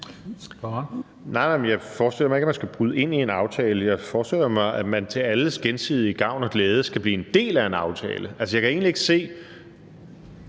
Nej, nej, men jeg forestiller mig ikke, at man skal bryde ind i en aftale; jeg forestiller mig, at man til alles gensidige gavn og glæde skal blive en del af en aftale. Altså, jeg kan egentlig ikke se,